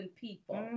people